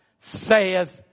saith